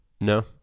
no